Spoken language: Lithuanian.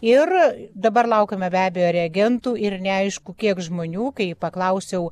ir dabar laukiame be abejo reagentų ir neaišku kiek žmonių kai paklausiau